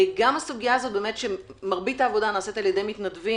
גם הסוגיה הזאת שמרבית העבודה נעשית על ידי מתנדבים,